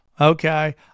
Okay